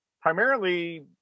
primarily